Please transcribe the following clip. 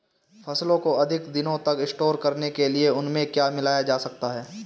फसलों को अधिक दिनों तक स्टोर करने के लिए उनमें क्या मिलाया जा सकता है?